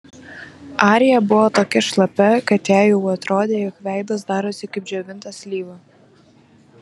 arija buvo tokia šlapia kad jai jau atrodė jog veidas darosi kaip džiovinta slyva